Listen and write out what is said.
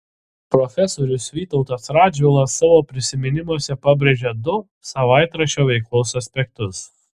profesorius vytautas radžvilas savo prisiminimuose pabrėžia du savaitraščio veiklos aspektus